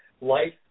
life